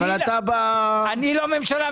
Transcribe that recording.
אני לא ממשלה.